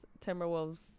Timberwolves